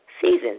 season